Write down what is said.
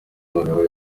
noneho